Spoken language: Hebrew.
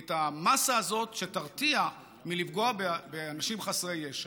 את המאסה הזאת שתרתיע מלפגוע באנשים חסרי ישע.